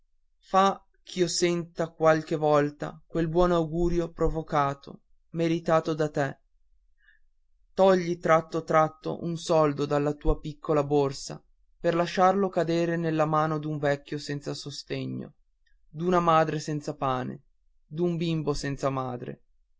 fa ch'io senta qualche volta quel buon augurio provocato meritato da te togli tratto tratto un soldo dalla tua piccola borsa per lasciarlo cadere nella mano d'un vecchio senza sostegno d'una madre senza pane d'un bimbo senza madre